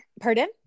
Pardon